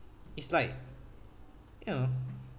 it's like you know